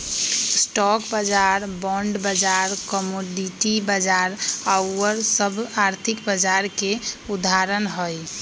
stock बाजार, bond बाजार, commodity बाजार आउर सभ आर्थिक बाजार के उदाहरण हइ